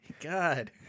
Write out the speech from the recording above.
God